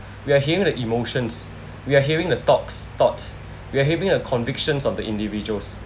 we are hearing the emotions we are hearing the talks thoughts we are hearing the convictions of the individuals